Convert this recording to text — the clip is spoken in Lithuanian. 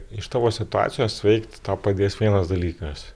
iš tavo situacijos veikti tau padės vienas dalykas